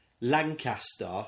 Lancaster